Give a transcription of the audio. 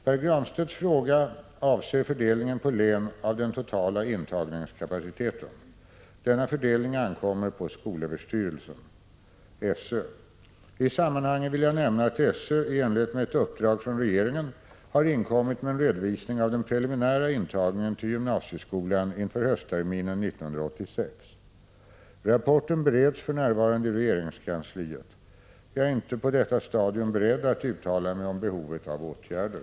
Pär Granstedts fråga avser fördelningen på län av den totala intagningskapaciteten. Denna fördelning ankommer på skolöverstyrelsen . I sammanhanget vill jag nämna att SÖ i enlighet med ett uppdrag från regeringen har inkommit med en redovisning av den preliminära intagningen till gymnasieskolan inför höstterminen 1986. Rapporten bereds för närvarande i regeringskansliet. Jag är inte på detta stadium beredd att uttala mig om behovet av åtgärder.